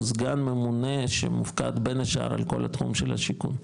הוא סגן מומנה שמופקד בין השאר על כל התחום של השיכון,